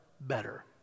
better